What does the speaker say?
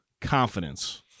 confidence